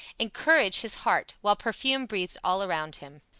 and courage his heart, while perfume breathed all around him.